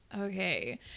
okay